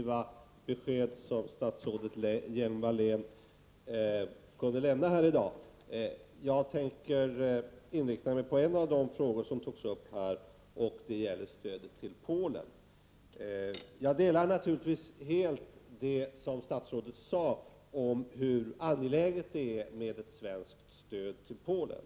Herr talman! Statsrådet Hjelm-Wallén lämnade här i dag en rad positiva besked. Jag tänker inrikta mig på en av de frågor som togs upp, nämligen stödet till Polen. Jag delar naturligtvis helt den uppfattning som statsrådet förde fram, om hur angeläget det är med ett svenskt stöd till Polen.